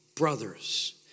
brothers